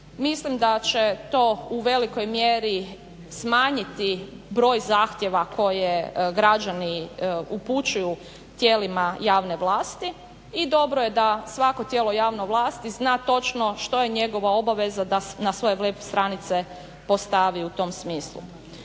Mislim da će to u velikoj mjeri smanjiti broj zahtjeva koje građani upućuju tijelima javne vlasti i dobro je da svako tijelo javne vlasti zna točno što je njegova obaveza da na svoje web stranice postavi u tom smislu.